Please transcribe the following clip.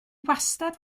wastad